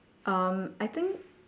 um I think